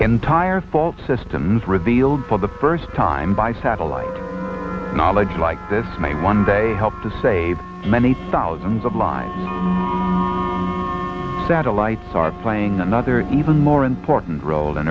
entire fault systems revealed for the first time by satellite knowledge like this may one day help to save many thousands of lines satellites are playing another even more important role in